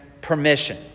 permission